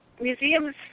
museums